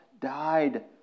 died